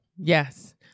yes